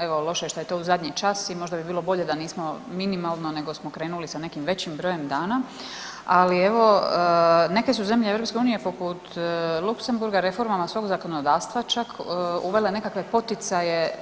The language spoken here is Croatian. Evo, loše je to što je to u zadnji čas i možda bi bilo bolje da nismo minimalno nego smo krenuli sa nekim većim brojem dana, ali evo, neke su zemlje EU poput Luksemburga reformama svog zakonodavstva čak uvele nekakve poticaje